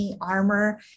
armor